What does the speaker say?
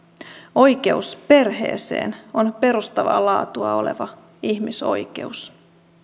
oikeus perheeseen on perustavaa laatua oleva ihmisoikeus